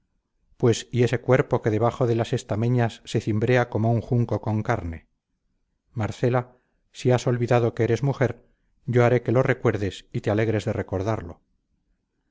pues y ese cuerpo que debajo de las estameñas se cimbrea como un junco con carne marcela si has olvidado que eres mujer yo haré que lo recuerdes y te alegres de recordarlo